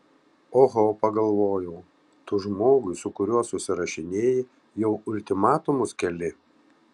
oho pagalvojau tu žmogui su kuriuo susirašinėji jau ultimatumus keli